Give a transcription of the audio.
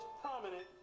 prominent